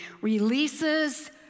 releases